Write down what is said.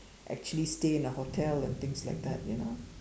actually stay in a hotel and things like that you know